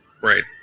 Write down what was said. Right